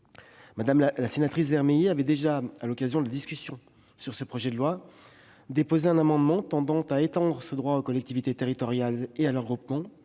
Mme la sénatrice Vermeillet, à l'occasion de la discussion de ce projet de loi, avait déposé un amendement tendant à étendre ce droit aux collectivités territoriales et à leurs groupements.